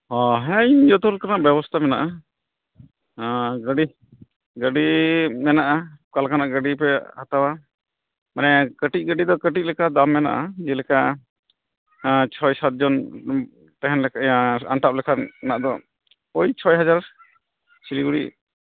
ᱚᱻ ᱦᱮᱸ ᱤᱧ ᱡᱚᱛᱚ ᱞᱮᱠᱟᱱᱟᱜ ᱵᱮᱵᱚᱥᱛᱷᱟ ᱢᱮᱱᱟᱜᱼᱟ ᱦᱮᱸ ᱜᱟᱹᱰᱤ ᱜᱟᱹᱰᱤ ᱢᱮᱱᱟᱜᱼᱟ ᱚᱠᱟᱞᱮᱠᱟᱱᱟᱜ ᱜᱟᱹᱰᱤ ᱯᱮ ᱦᱟᱛᱟᱣᱟ ᱢᱟᱱᱮ ᱠᱟᱹᱴᱤᱡ ᱜᱟᱹᱰᱤ ᱫᱚ ᱠᱟᱹᱴᱤᱡ ᱞᱮᱠᱟ ᱫᱟᱢ ᱢᱮᱱᱟᱜᱼᱟ ᱡᱮᱞᱮᱠᱟ ᱪᱷᱚᱭ ᱥᱟᱛ ᱡᱚᱱ ᱛᱟᱦᱮᱱ ᱞᱮᱠᱟ ᱟᱱᱴᱟᱜ ᱞᱮᱠᱟᱱᱟᱜ ᱫᱚ ᱳᱭ ᱪᱷᱚᱭ ᱦᱟᱡᱟᱨ ᱥᱤᱞᱤᱜᱩᱲᱤ ᱠᱷᱚᱱ